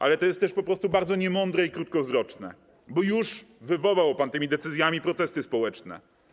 Ale to jest też po prostu bardzo niemądre i krótkowzroczne, bo już wywołał pan tymi decyzjami protesty społeczne.